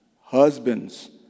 husbands